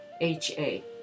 H-A